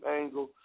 angle